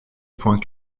point